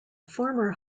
former